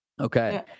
Okay